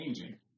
changing